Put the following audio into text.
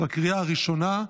לקריאה הראשונה.